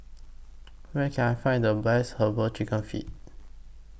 Where Can I Find The Best Herbal Chicken Feet